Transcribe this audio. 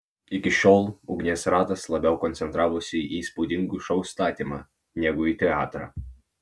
iki šiol ugnies ratas labiau koncentravosi į įspūdingų šou statymą negu į teatrą